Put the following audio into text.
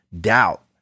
doubt